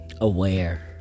aware